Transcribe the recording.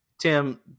Tim